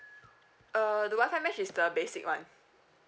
uh the wifi mesh is the basic one